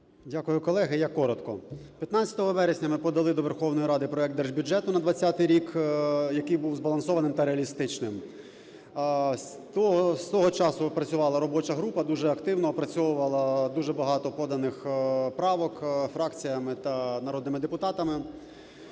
Дякую, колеги. Я коротко. 15 вересня ми подали до Верховної Ради проект держбюджету на 20-й рік, який був збалансованим та реалістичним. З того часу працювала робоча група, дуже активно опрацьовувала дуже багато поданих правок фракціями та народними депутатами.